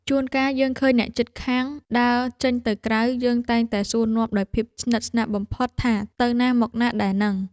ជួនកាលយើងឃើញអ្នកជិតខាងដើរចេញទៅក្រៅ យើងតែងតែសួរនាំដោយភាពស្និទ្ធស្នាលបំផុតថាទៅណាមកណាដែរហ្នឹង។